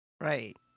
Right